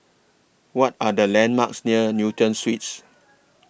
What Are The landmarks near Newton Suites